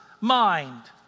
mind